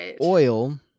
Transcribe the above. oil